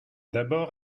d’abord